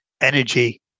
energy